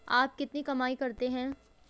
आप कितनी कमाई करते हैं?